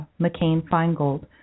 McCain-Feingold